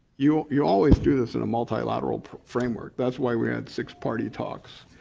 you you always do this in a multilateral framework. that's why we had six-party talks,